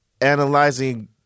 analyzing